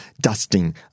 dusting